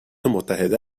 متحده